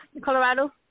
Colorado